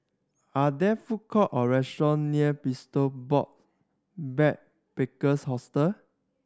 are there food court or restaurant near Box Backpackers Hostel